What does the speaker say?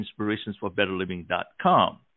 inspirationsforbetterliving.com